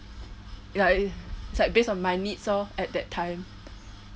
ya it is like based on my needs lor at that time